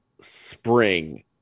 spring